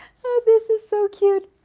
this is so cute